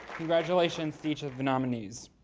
congratulations to each of the nominees.